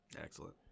Excellent